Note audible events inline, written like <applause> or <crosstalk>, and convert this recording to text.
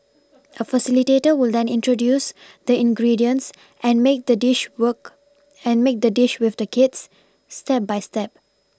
<noise> a facilitator will then introduce the ingredients and make the dish work and make the dish with the kids step by step